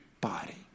body